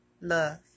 Love